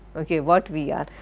ok, what we are.